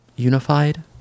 unified